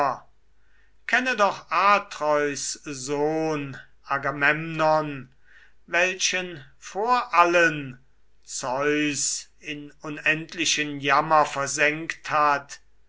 kenne doch atreus sohn agamemnon welchen vor allen zeus in unendlichen jammer versenkt hat